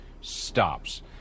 stops